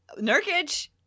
Nurkic